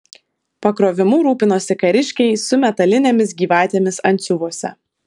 pakrovimu rūpinosi kariškiai su metalinėmis gyvatėmis antsiuvuose